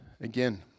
Again